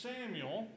Samuel